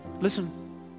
listen